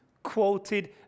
quoted